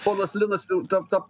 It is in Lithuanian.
ponas linas ten tą